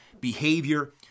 behavior